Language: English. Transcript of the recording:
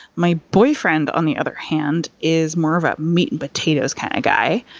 my boyfriend, on the other hand, is more of a meat and potatoes kind of guy.